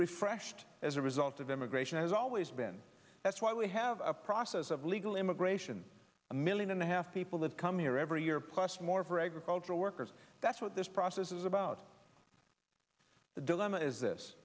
refreshed as a result of immigration has always been that's why we have a process of legal immigration a million and a half people that come here every year plus more for agricultural workers that's what this process is about the dilemma is this